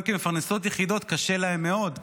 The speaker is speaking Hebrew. גם כמפרנסות יחידות קשה להן מאוד,